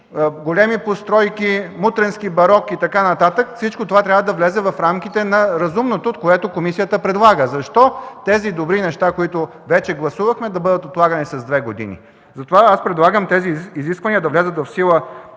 големи постройки, мутренски барок и така нататък. Всичко това трябва да влезе в рамките на разумното, което комисията предлага. Защо тези добри неща, които вече гласувахме, да бъдат отлагани с две години? Аз предлагам тези изисквания да влязат в сила